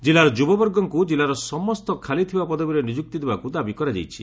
କିଲ୍ଲାର ଯୁବବର୍ଗଙ୍କୁ ଜିଲ୍ଲାର ସମସ୍ତ ଖାଲିଥିବା ପଦବୀରେ ନିଯୁକ୍ତି ଦେବାକୁ ଦାବି କରାଯାଇଛି